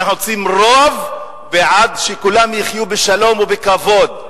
אנחנו רוצים רוב בעד שכולם יחיו בשלום ובכבוד.